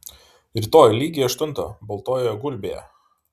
rytoj lygiai aštuntą baltojoje gulbėje